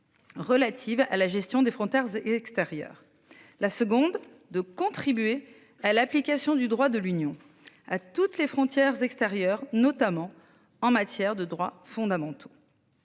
Relative à la gestion des frontières extérieures, la seconde de contribuer à l'application du droit de l'Union à toutes les frontières extérieures, notamment en matière de droits fondamentaux.